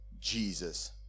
Jesus